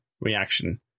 reaction